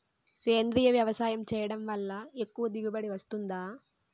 సేంద్రీయ వ్యవసాయం చేయడం వల్ల ఎక్కువ దిగుబడి వస్తుందా?